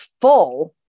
full